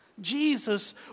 Jesus